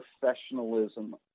professionalism